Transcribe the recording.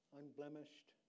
unblemished